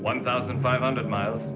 one thousand five hundred miles